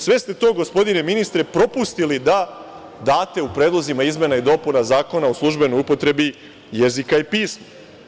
Sve ste to, gospodine ministre, propustili da date u predlozima izmena i dopuna Zakona o službenoj upotrebi jezika i pisma.